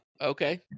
okay